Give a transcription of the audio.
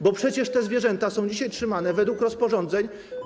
Bo przecież te zwierzęta są dzisiaj trzymane według rozporządzeń.